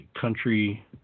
country